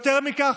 יותר מכך,